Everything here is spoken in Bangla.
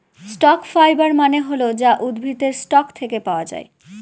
স্টক ফাইবার মানে হল যা উদ্ভিদের স্টক থাকে পাওয়া যায়